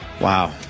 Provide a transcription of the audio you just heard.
wow